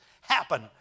happen